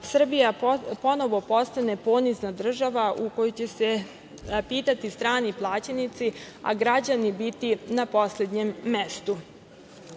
Srbija ponovo postane ponizna država u kojoj će se pitati strani plaćenici, a građani biti na poslednjem